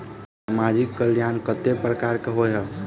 सामाजिक कल्याण केट प्रकार केँ होइ है?